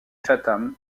chatham